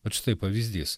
vat štai pavyzdys